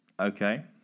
okay